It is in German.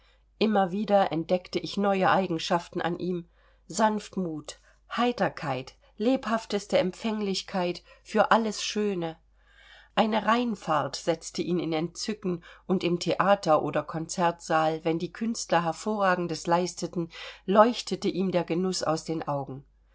immer wieder entdeckte ich neue eigenschaften an ihm sanftmut heiterkeit lebhafteste empfänglichkeit für alles schöne eine rheinfahrt setzte ihn in entzücken und im theater oder konzertsaal wenn die künstler hervorragendes leisteten leuchtete ihm der genuß aus den augen